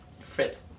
Fritz